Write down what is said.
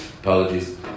Apologies